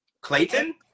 Clayton